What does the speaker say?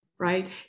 right